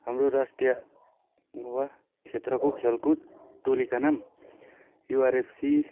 हाम्रो राष्ट्रिय वा क्षेत्रको खेलकुद टोलीका नाम युआरएफसी